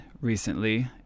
recently